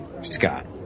Scott